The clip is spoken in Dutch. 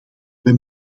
wij